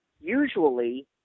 usually